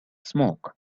smoke